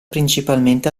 principalmente